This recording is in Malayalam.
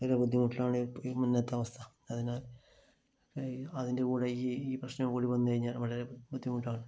വളരെ ബുദ്ധിമുട്ടിലാണ് മുമ്പത്തെ അവസ്ഥ അതിനാല് ഈ അതിന്റെ കൂടെ ഈ പ്രശ്നം കൂടി വന്ന് കഴിഞ്ഞാല് വളരെ ബുദ്ധിമുട്ടാണ്